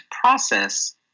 process